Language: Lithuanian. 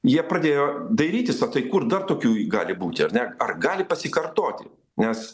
jie pradėjo dairytis o tai kur dar tokių jų gali būti ar ne ar gali pasikartoti nes